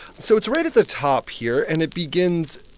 so it's right at the top here, and it begins,